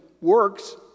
works